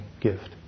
gift